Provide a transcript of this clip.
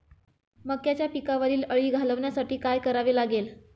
मक्याच्या पिकावरील अळी घालवण्यासाठी काय करावे लागेल?